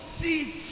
see